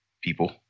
people